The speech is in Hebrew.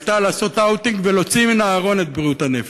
הייתה לעשות "אאוטינג" ולהוציא מן הארון את בריאות הנפש,